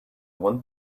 want